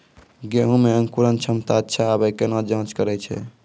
गेहूँ मे अंकुरन क्षमता अच्छा आबे केना जाँच करैय छै?